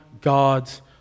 God's